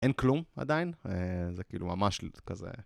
אין כלום עדיין, זה כאילו ממש כזה.